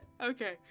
Okay